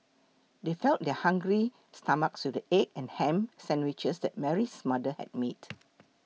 they fed their hungry stomachs with the egg and ham sandwiches that Mary's mother had made